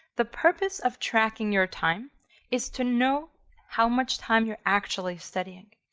the purpose of tracking your time is to know how much time you're actually studying.